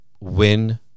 win